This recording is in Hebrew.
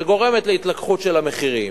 שגורמת להתלקחות של המחירים.